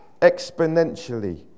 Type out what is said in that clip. exponentially